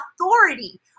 authority